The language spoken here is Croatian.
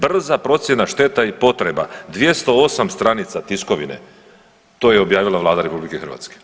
Brza procjena šteta i potreba 208 stranica tiskovine to je objavila Vlada RH.